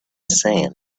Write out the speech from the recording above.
sand